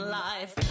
life